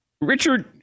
Richard